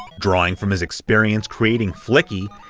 drawing from his experience creating flicky,